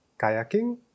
kayaking